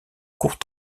court